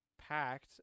packed